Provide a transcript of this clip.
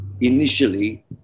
initially